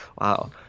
Wow